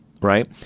right